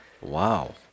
Wow